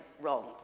wrong